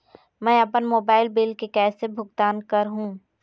मैं अपन mobile bill के कैसे भुगतान कर हूं?